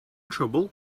trouble